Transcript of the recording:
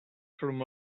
from